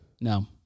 No